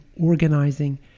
organizing